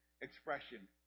expression